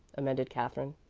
amended katherine.